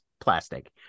plastic